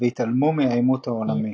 שהתעלמו מהעימות העולמי.